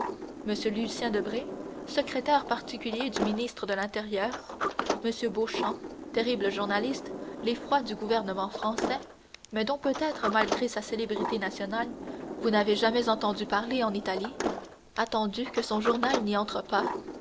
m lucien debray secrétaire particulier du ministre de l'intérieur m beauchamp terrible journaliste l'effroi du gouvernement français mais dont peut-être malgré sa célébrité nationale vous n'avez jamais entendu parler en italie attendu que son journal n'y entre pas